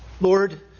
Lord